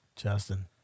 Justin